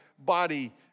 body